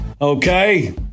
Okay